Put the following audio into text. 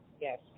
yes